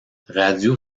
radio